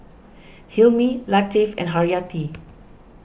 Hilmi Latif and Haryati